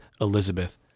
Elizabeth